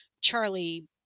Charlie